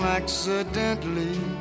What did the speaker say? accidentally